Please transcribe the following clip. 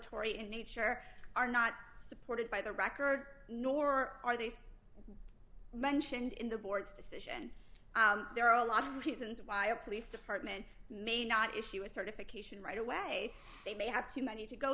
dilatory in nature are not supported by the record nor are these mentioned in the board's decision there are a lot of reasons why a police department may not issue a certification right away they may have too many to go